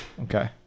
Okay